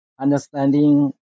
understanding